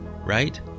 right